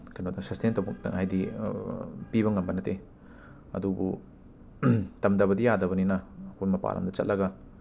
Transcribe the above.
ꯀꯦꯅꯣꯗ ꯁꯁꯇꯦꯟ ꯇꯧꯕ ꯍꯥꯏꯗꯤ ꯄꯤꯕ ꯉꯝꯕ ꯅꯠꯇꯦ ꯑꯗꯨꯕꯨ ꯇꯝꯗꯕꯗꯤ ꯌꯥꯗꯕꯅꯤꯅ ꯑꯩꯈꯣꯏ ꯃꯄꯥꯜ ꯂꯝꯗ ꯆꯠꯂꯒ